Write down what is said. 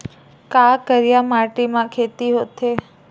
का करिया माटी म खेती होथे?